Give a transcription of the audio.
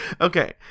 Okay